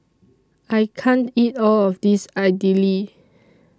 I can't eat All of This Idili